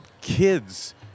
kids